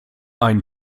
ein